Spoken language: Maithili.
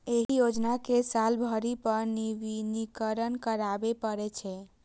एहि योजना कें साल भरि पर नवीनीकरण कराबै पड़ै छै